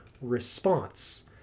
response